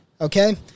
Okay